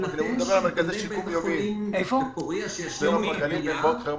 בהינתן שמרכז השיקום בבית החולים בפוריה ישלים את הבנייה